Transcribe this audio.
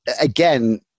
again